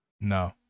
no